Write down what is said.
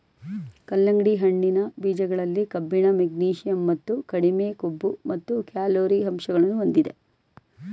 ಕಲ್ಲಂಗಡಿ ಹಣ್ಣಿನ ಬೀಜಗಳಲ್ಲಿ ಕಬ್ಬಿಣ, ಮೆಗ್ನೀಷಿಯಂ ಮತ್ತು ಕಡಿಮೆ ಕೊಬ್ಬು ಮತ್ತು ಕ್ಯಾಲೊರಿ ಅಂಶಗಳನ್ನು ಹೊಂದಿದೆ